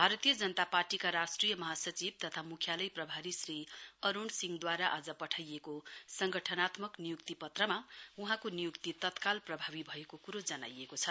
भारतीय जनता पार्टीका राष्ट्रिय महासचिव तथा मुख्यालय प्रभारी श्री अरूण सिंहद्वारा आज पठाइएको संगठनात्मक नियुक्ति पत्रमा वहाँको नियुक्ति तत्काल प्रभावी भएको क्रो जनाइएको छ